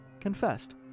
confessed